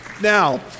Now